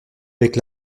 avec